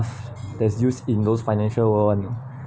that's used in those financial world [one] eh